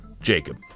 Jacob